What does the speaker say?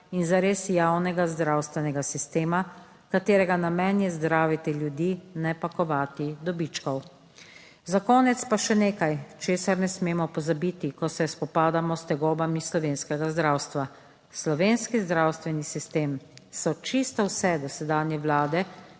in zares javnega zdravstvenega sistema, katerega namen je zdraviti ljudi, ne pa kovati dobičkov. Za konec pa še nekaj, česar ne smemo pozabiti, ko se spopadamo s tegobami slovenskega zdravstva. Slovenski zdravstveni sistem so čisto vse dosedanje vlade